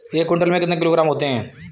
एक क्विंटल में कितने किलोग्राम होते हैं?